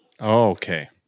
Okay